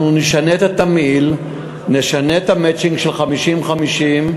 אנחנו נשנה את התמהיל, נשנה את המצ'ינג של 50 50,